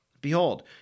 Behold